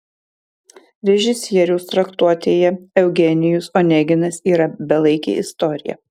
režisieriaus traktuotėje eugenijus oneginas yra belaikė istorija